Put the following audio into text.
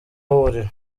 huriro